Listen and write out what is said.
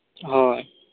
ᱦᱳᱭ